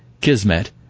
kismet